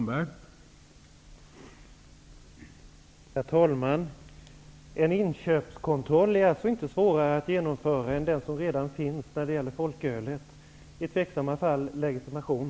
Herr talman! En inköpskontroll när det gäller tobak är inte svårare att genomföra än den som redan finns när det gäller folkölet. I tveksamma fall kan man begära legitimation.